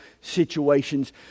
situations